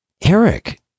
Eric